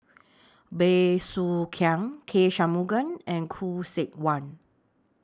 Bey Soo Khiang K Shanmugam and Khoo Seok Wan